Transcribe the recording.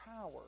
power